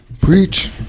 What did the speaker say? Preach